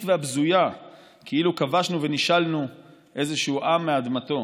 והבזויה כאילו כבשנו ונישלנו איזשהו עם מאדמתו.